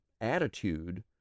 attitude